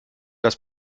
das